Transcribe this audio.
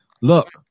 Look